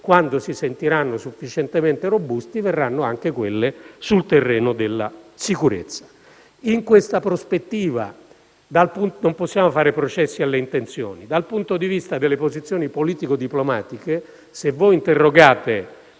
quando si sentiranno sufficientemente robusti, verranno anche quelle sul terreno della sicurezza. In questa prospettiva non possiamo fare processi alle intenzioni. Dal punto di vista delle posizioni politico-diplomatiche, se interrogate